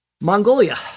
Mongolia